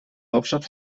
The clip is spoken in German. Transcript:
hauptstadt